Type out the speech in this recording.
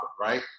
right